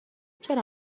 چرا